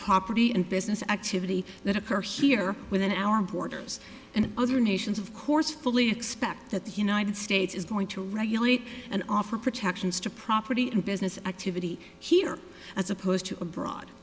property and business activity that occurs here within our borders and other nations of course fully expect that the united states is going to regulate and offer protections to property and business activity here as opposed to abroad